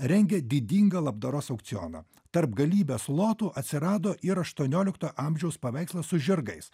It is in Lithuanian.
rengia didingą labdaros aukcioną tarp galybės lotų atsirado ir aštuoniolikto amžiaus paveikslas su žirgais